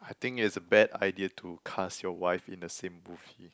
I think it's a bad idea to cast your wife in the same movie